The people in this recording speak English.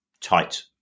tight